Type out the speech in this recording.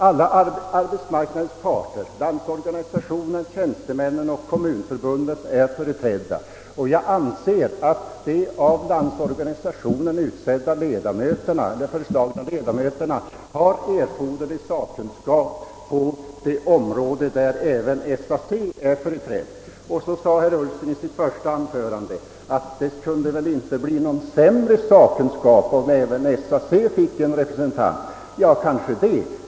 Alla arbetsmarknadens parter, Landsorganisationen, tjänstemännen och kommunförbunden, är företrädda, och jag anser att de på LO sidan utsedda ledamöterna har erforderlig sakkunskap även på de områden där SAC är företrädd. I sitt första anförande sade herr Ullsten att det väl inte kunde bli någon sämre sakkunskap om även SAC fick en representant med i arbetsdomstolen. Nej, kanske det.